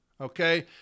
okay